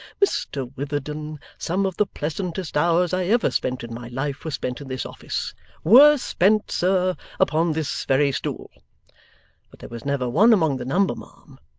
mr witherden, some of the pleasantest hours i ever spent in my life were spent in this office were spent, sir, upon this very stool but there was never one among the number, ma'am,